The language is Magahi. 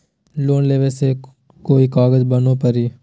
लोन लेबे ले कोई कागज बनाने परी?